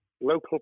local